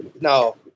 No